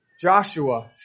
Joshua